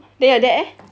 then your dad eh